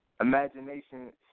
Imagination